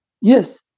Yes